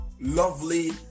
lovely